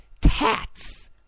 Cats